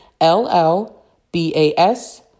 LLBAS